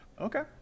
Okay